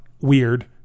weird